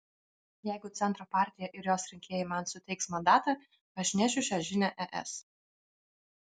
jeigu centro partija ir jos rinkėjai man suteiks mandatą aš nešiu šią žinią es